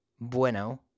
bueno